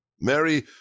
Mary